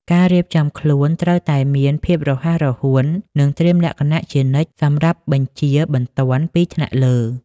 ការរៀបចំខ្លួនត្រូវតែមានភាពរហ័សរហួន និងត្រៀមលក្ខណៈជានិច្ចសម្រាប់បញ្ជាបន្ទាន់ពីថ្នាក់លើ។